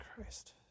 Christ